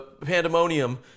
pandemonium